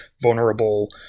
vulnerable